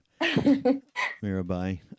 Mirabai